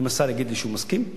אם השר יגיד לי שהוא מסכים.